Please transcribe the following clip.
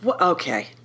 Okay